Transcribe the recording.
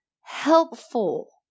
Helpful